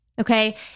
Okay